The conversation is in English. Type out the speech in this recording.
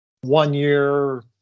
one-year